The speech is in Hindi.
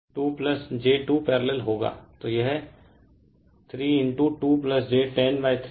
तो यह तीन ओपन 2 j 2 पैरेलल होगा